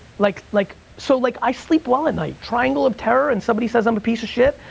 like like, so like, i sleep well at night. triangle of terror, and somebody says i'm a piece of shit,